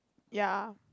ya